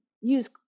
use